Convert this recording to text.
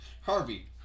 Harvey